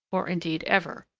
or, indeed, ever.